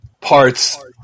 parts